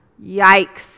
Yikes